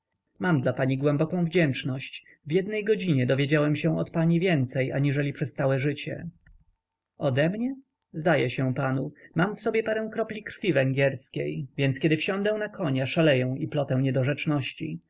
mam dla pani głęboką wdzięczność w jednej godzinie dowiedziałem się od pani więcej aniżeli przez całe życie odemnie zdaje się panu mam w sobie parę kropli krwi węgierskiej więc kiedy wsiądę na konia szaleję i plotę